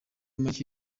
make